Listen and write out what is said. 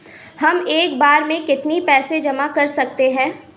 हम एक बार में कितनी पैसे जमा कर सकते हैं?